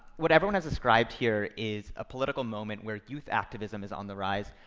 what everyone has described here is a political moment where youth activism is on the rise,